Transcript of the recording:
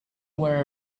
aware